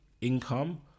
income